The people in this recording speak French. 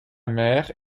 mère